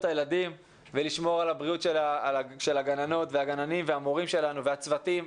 הילדים ולשמור על בריאות הגננות והגננים והמורים שלנו והצוותים.